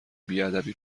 بیادبی